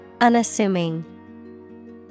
Unassuming